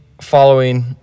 following